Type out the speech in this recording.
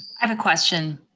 have a question,